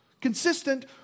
Consistent